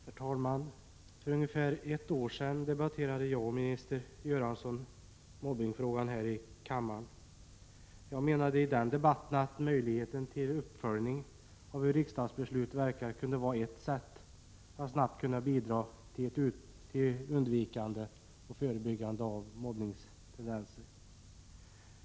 Herr talman! För ungefär ett år sedan diskuterade Bengt Göransson och jag mobbningsfrågan. Jag menade då att möjligheten till uppföljning av hur riksdagsbeslut verkar kunde vara ett sätt att förebygga mobbning.